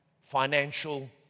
financial